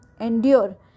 Endure